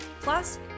Plus